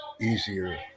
easier